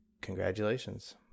congratulations